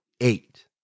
eight